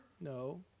No